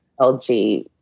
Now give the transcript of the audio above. LG